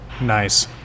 Nice